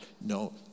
no